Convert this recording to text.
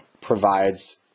provides